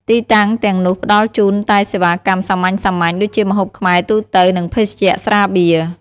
ទីតាំងទាំងនោះផ្ដល់ជូនតែសេវាកម្មសាមញ្ញៗ ដូចជាម្ហូបខ្មែរទូទៅ និងភេសជ្ជៈស្រាបៀរ។